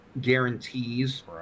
guarantees